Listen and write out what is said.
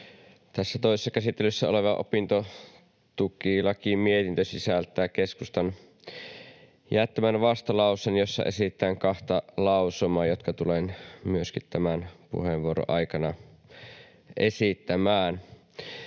toisessa käsittelyssä oleva opintotukilakimietintö sisältää keskustan jättämän vastalauseen, jossa esitetään kahta lausumaa, jotka tulen myöskin tämän puheenvuoron aikana esittämään.